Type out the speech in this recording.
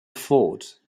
fort